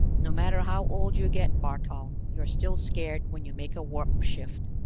no matter how old you get, bartol, you're still scared when you make a warp-shift.